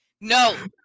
no